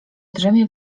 drzemie